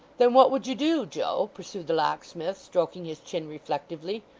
then, what would you do, joe pursued the locksmith, stroking his chin reflectively.